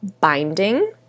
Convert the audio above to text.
Binding